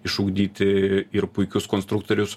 išugdyti ir puikius konstruktorius